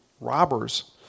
robbers